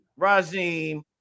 Rajim